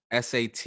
SAT